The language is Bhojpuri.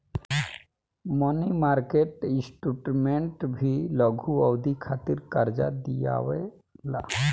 मनी मार्केट इंस्ट्रूमेंट्स भी लघु अवधि खातिर कार्जा दिअवावे ला